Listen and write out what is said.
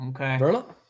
Okay